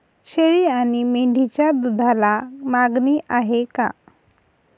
शेळी आणि मेंढीच्या दूधाला मागणी आहे का?